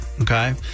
okay